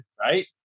right